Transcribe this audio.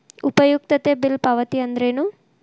ಉಪಯುಕ್ತತೆ ಬಿಲ್ ಪಾವತಿ ಅಂದ್ರೇನು?